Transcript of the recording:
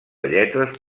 lletres